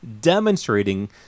demonstrating